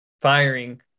firing